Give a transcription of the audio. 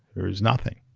there was nothing